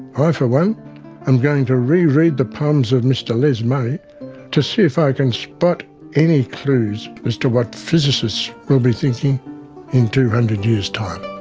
i for one am going to reread the poems of mr les murray to see if i can spot any clues as to what physicists will be thinking in two hundred years' time.